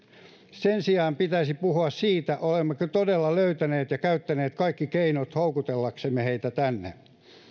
sen sijaan pitäisi puhua siitä olemmeko todella löytäneet ja käyttäneet kaikki keinot houkutellaksemme heitä tänne